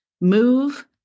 move